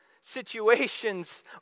situations